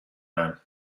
man